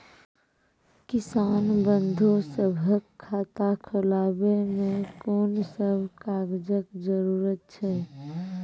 किसान बंधु सभहक खाता खोलाबै मे कून सभ कागजक जरूरत छै?